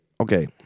Okay